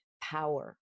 power